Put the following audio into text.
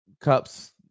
cups